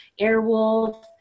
Airwolf